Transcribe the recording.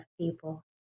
people